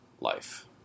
life